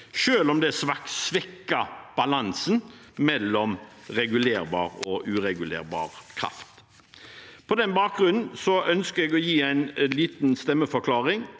selv om det svekker balansen mellom regulerbar og uregulerbar kraft. Med den bakgrunnen ønsker jeg å gi en liten stemmeforklaring.